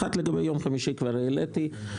האחת, לגבי יום חמישי, כבר העליתי אותה.